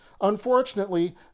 Unfortunately